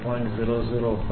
250 G2 27